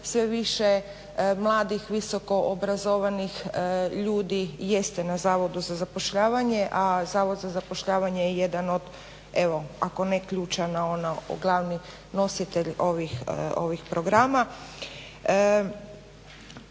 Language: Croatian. sve više mladih visokoobrazovanih ljudi jeste na Zavodu za zapošljavanje a Zavod za zapošljavanje je jedan od, ako ne ključan a ono nositelj ovih programa.